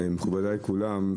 מכובדיי כולם.